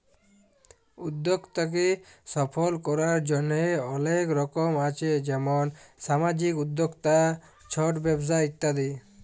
উদ্যক্তাকে সফল করার জন্হে অলেক রকম আছ যেমন সামাজিক উদ্যক্তা, ছট ব্যবসা ইত্যাদি